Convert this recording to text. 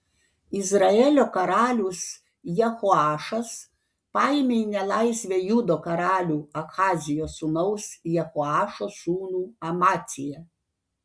izraelio karalius jehoašas paėmė į nelaisvę judo karalių ahazijo sūnaus jehoašo sūnų amaciją